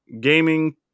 gaming